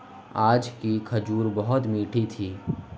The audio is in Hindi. आज की खजूर बहुत मीठी थी